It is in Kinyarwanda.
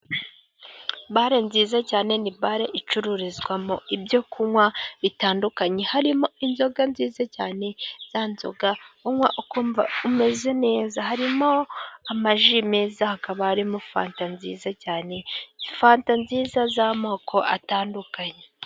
Bare nziza cyane, ni bare icururizwamo ibyo kunwa bitandukanye, harimo inzoga nziza cyane za nzoga unwa ukumva umeze neza, harimo amaji meza, hakaba harimo fanta nziza cyane fanta nziza z'amoko atandukanye.